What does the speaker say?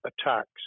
attacks